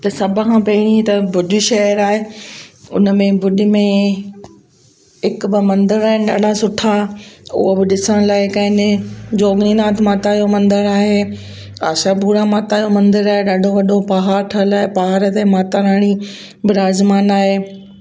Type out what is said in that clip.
त सभु खां पहिरीं त भुज शहर आहे हुन में भुज में हिकु ॿ मंदर आहिनि ॾाढा सुठा उहा बि ॾिसण लाइक़ु आहिनि जोगनी नाथ माता जो मंदरु आहे आशापूरा माता जो मंदरु आहे ॾाढो वॾो पहाड़ ठहियल आहे पहाड़ ते माता रानी विराजमान आहे